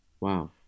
Wow